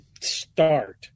start